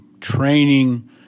training